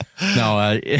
No